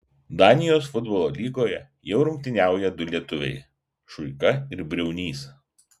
danijos futbolo lygoje jau rungtyniauja du lietuviai šuika ir briaunys